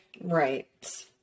Right